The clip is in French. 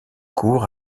cours